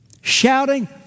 shouting